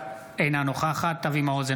אינה נוכחת אבי מעוז,